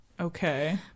Okay